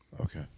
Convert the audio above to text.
Okay